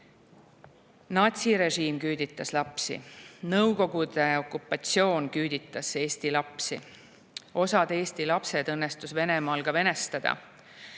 päriselt. Natsirežiim küüditas lapsi. Nõukogude okupatsioon küüditas Eesti lapsi. Osa Eesti lapsi õnnestus Venemaal ka venestada.